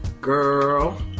Girl